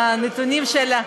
מהנתונים של,